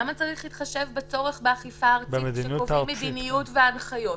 למה צריך להתחשב בצורך באכיפה ארצית כשקובעים מדיניות והנחיות?